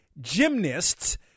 gymnasts